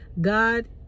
God